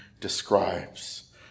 describes